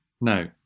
no